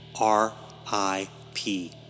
R-I-P